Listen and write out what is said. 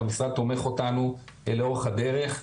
המשרד תומך בנו לאורך כל הדרך.